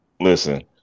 Listen